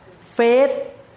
Faith